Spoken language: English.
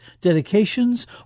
dedications